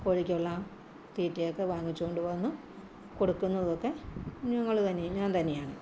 കോഴിക്കുള്ള തീറ്റയൊക്കെ വാങ്ങിച്ചു കൊണ്ട് വന്നു കൊടുക്കുന്നതൊക്കെ ഞങ്ങൾ തന്നെ ഞാൻ തന്നെയാണ്